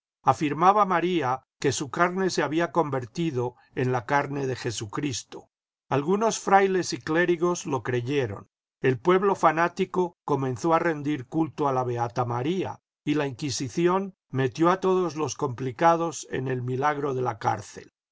afirmaba maría que su carne se había convertido en la carne de jesucristo algunos frailes y clérigos lo creyeron el pueblo fanático comenzó a rendir culto a a beata maría y la inquisición metió a todos los complicados en el milagro en la cárcel